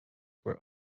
were